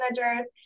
managers